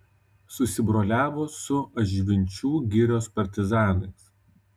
susibroliavo su ažvinčių girios partizanais